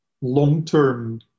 long-term